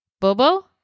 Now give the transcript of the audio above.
Bobo